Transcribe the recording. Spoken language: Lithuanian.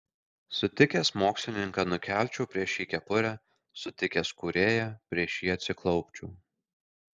sutikęs mokslininką nukelčiau prieš jį kepurę sutikęs kūrėją prieš jį atsiklaupčiau